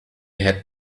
had